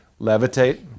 levitate